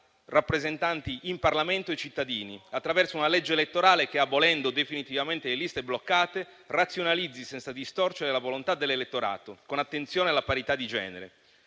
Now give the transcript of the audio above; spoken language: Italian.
rappresentanti in Parlamento e cittadini, attraverso una legge elettorale che, abolendo definitivamente le liste bloccate, razionalizzi senza distorcere la volontà dell'elettorato, con attenzione alla parità di genere.